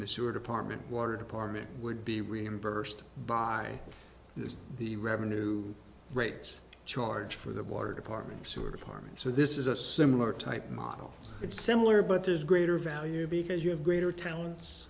apartment water department would be reimbursed by the revenue rates charge for the water department store department so this is a similar type model it's similar but there's greater value because you have greater talents